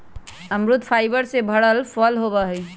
अमरुद फाइबर से भरल फल होबा हई